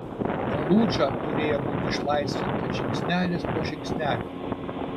faludža turėjo būti išlaisvinta žingsnelis po žingsnelio